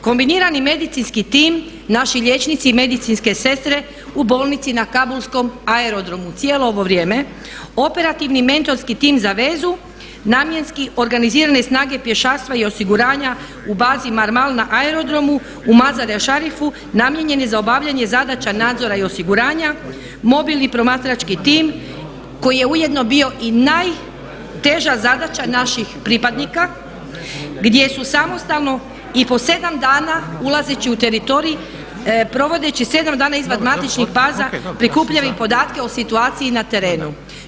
Kombinirani medicinski tim, naši liječnici i medicinske sestre u bolnici na kabulskom aerodromu cijelo ovo vrijeme, operativni mentorski tim za vezu, namjenski organizirane snage pješaštva i osiguranja u bazi Marmal na aerodromu u Mazar-e Šarifu namijenjen je za obavljanje zadaća nadzora i osiguranja, mobilni promatrački tim koji je ujedno bio i najteža zadaća naših pripadnika gdje su samostalno i po 7 dana ulazeći u teritorij provodeći 7 dana izvan matičnih baza prikupljali podatke o situaciji na terenu.